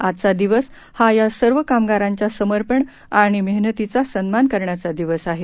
आजचा दिवस हा या सर्व कामगारांच्या समर्पण आणि मेहनतीचा सन्मान करण्याचा दिवस आहे